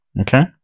Okay